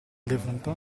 defunto